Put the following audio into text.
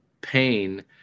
pain